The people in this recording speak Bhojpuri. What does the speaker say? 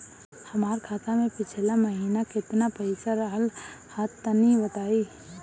हमार खाता मे पिछला महीना केतना पईसा रहल ह तनि बताईं?